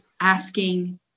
asking